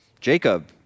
Jacob